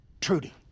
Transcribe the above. Trudy